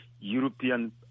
European